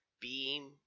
beam